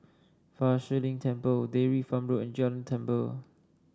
Fa Shi Lin Temple Dairy Farm Road and Jalan Tambur